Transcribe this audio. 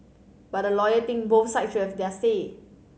but a lawyer think both sides should have their say